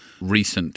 recent